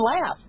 laugh